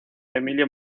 emilio